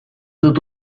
dut